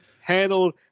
Handled